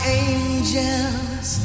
angels